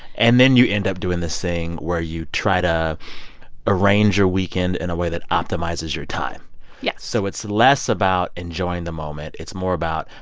and then you end up doing this thing where you try to arrange your weekend in a way that optimizes your time yes so it's less about enjoying the moment it's more about,